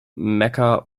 mecca